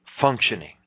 functioning